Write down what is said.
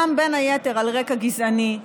בין היתר על רקע גזעני,